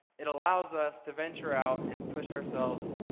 it allows us to venture out and push ourselves